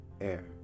air